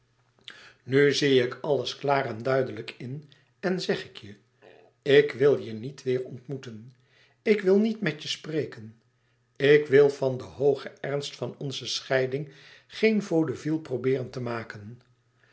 nu zie ik alles klaar en duidelijk in en zeg ik je ik wil je niet weêr ontmoeten ik wil niet met je spreken ik wil van de hooge ernst van onze scheiding geen vaudeville probeeren te maken